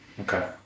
Okay